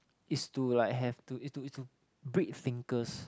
is to like have to is to is to breed thinkers